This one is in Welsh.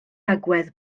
agwedd